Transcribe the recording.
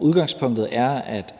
Udgangspunktet er, at